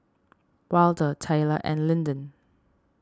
Waldo Tayler and Lyndon